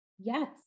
Yes